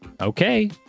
Okay